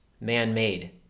man-made